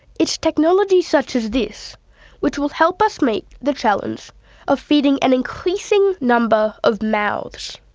it's technology such as this which will help us meet the challenge of feeding an increasing number of mouths.